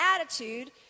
attitude